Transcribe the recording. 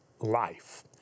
life